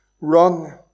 run